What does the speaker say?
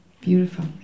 Beautiful